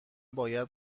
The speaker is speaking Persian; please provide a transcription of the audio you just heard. باید